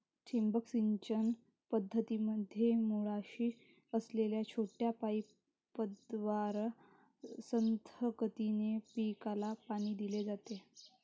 ठिबक सिंचन पद्धतीमध्ये मुळाशी असलेल्या छोट्या पाईपद्वारे संथ गतीने पिकाला पाणी दिले जाते